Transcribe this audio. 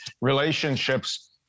relationships